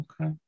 okay